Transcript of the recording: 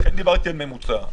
לכן דיברתי על ממוצע.